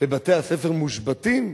ובתי-הספר מושבתים,